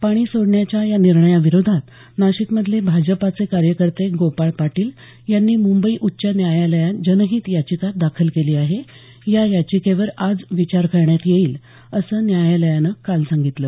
पाणी सोडण्याच्या या निर्णयाविरोधात नाशिकमधले भाजपाचे कार्यकर्ते गोपाळ पाटील यांनी मुंबई उच्च न्यायालयात जनहित याचिका दाखल केली आहे या याचिकेवर आज विचार करण्यात येईल असं न्यायालयानं काल सांगितलं